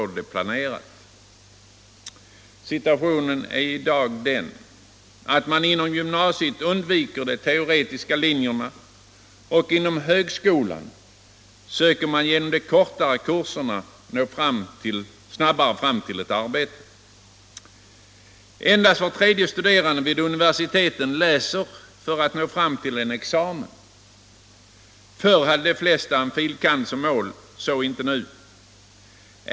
I dag är situationen den att de studerande inom gymnasieskolan undviker de teoretiska linjerna, och att man inom högskolan söker sig till de kortare yrkesinriktade kurserna. Endast var tredje studerande vid universiteten läser för att nå fram till en examen. Förr hade de flesta en fil. kand.-examen som mål, men detta är inte fallet i dag.